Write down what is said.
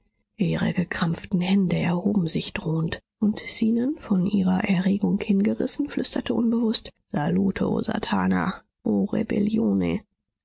ihre gekrampften hände erhoben sich drohend und zenon von ihrer erregung hingerissen flüsterte unbewußt salute o satana